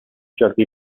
jardí